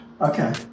Okay